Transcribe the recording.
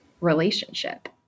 relationship